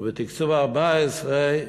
ובתקצוב 14'